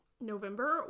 november